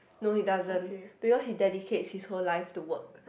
no he doesn't because he dedicates his whole life to work